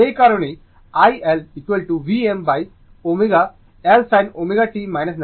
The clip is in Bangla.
এই কারণেই iL Vmω L sin ω t 90 o